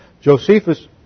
Josephus